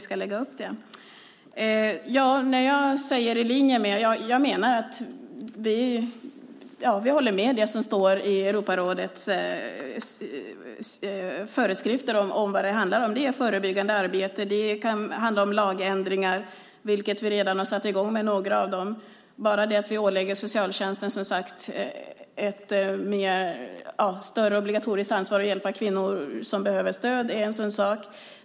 När jag säger "i linje med" menar jag att vi håller med om det som står i Europarådets föreskrifter. Det gäller förebyggande arbete och lagändringar. Vi har redan satt i gång med några sådana. Bara det att vi ålägger socialtjänsten ett större obligatoriskt ansvar att ge kvinnor stöd är en sådan sak.